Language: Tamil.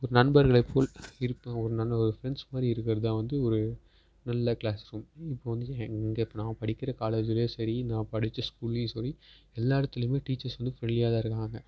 ஒரு நண்பர்களை போல் இருக்க ஒரு நல்ல ஒரு ஃப்ரெண்ட்ஸ் மாதிரி இருக்கிறது தான் வந்து ஒரு நல்ல க்ளாஸ் ரூம் இப்போ வந்து எங்கள் நான் படிக்கிற காலேஜ்லையும் சரி நான் படிச்ச ஸ்கூல்லேயும் சரி எல்லா இடத்துலையுமே டீச்சர்ஸ் வந்து ஃப்ரெண்ட்லியாக தான் இருக்காங்க